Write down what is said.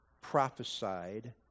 prophesied